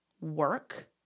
work